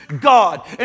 God